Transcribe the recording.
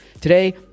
Today